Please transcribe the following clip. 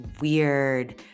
weird